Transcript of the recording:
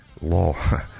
law